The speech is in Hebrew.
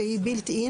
שהיא built-in